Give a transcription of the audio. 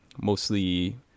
Mostly